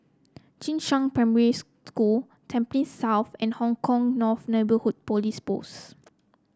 Jing Shan Primary School Tampines South and Hong Kah North Neighbourhood Police Post